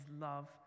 love